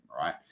right